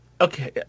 okay